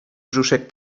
brzuszek